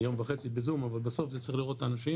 יום וחצי בזום אבל בסוף צריך לראות את האנשים